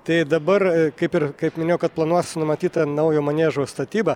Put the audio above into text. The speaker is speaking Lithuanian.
tai dabar kaip ir kaip minėjau kad planuos numatyta naujo maniežo statyba